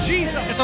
Jesus